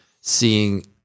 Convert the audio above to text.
seeing